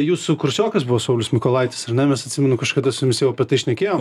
jūsų kursiokas buvo saulius mykolaitis ar ne nes atsimenu kažkada su jumis jau apie tai šnekėjom